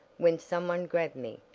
when some one grabbed me,